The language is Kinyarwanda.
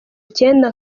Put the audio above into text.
icyenda